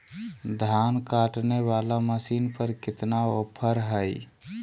धान काटने वाला मसीन पर कितना ऑफर हाय?